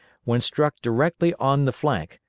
when struck directly on the flank,